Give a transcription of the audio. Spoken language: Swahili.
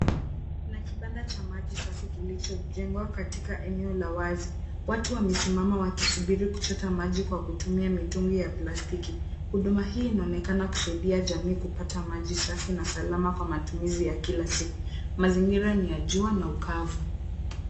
Kuna kibanda cha maji safi kilichojengwa katika eneo la wazi. Watu wamesimama wakisubiri kuchota maji kwa kutumia mitungi ya plastiki. Huduma hii inaonekana kusaidia jamii kupata maji safi na salama kwa matumizi ya kila siku, mazingira ni ya jua na ukavu.